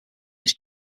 his